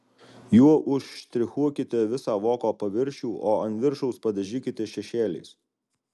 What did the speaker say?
juo užštrichuokite visą voko paviršių o ant viršaus padažykite šešėliais